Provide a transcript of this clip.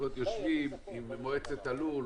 יושבים במועצת הלול,